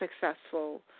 successful